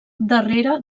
darrere